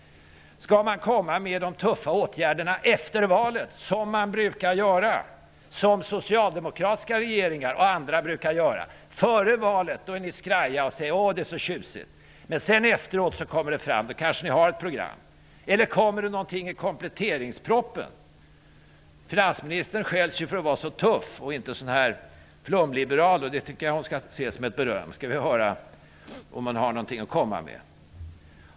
Skall ni komma med de tuffa åtgärderna efter valet, som socialdemokratiska regeringar och andra brukar göra? Före valet är ni skraja och säger att det är så tjusigt, men efteråt kommer det fram, att ni kanske har ett program. Eller kommer det någonting i kompletteringspropositionen? Finansministern beskylls ju för att vara så tuff och inte flumliberal, och det skall hon ta som beröm. Vi skall höra om hon har någonting att komma med.